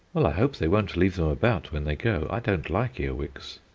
well, i hope they won't leave them about when they go. i don't like earwigs.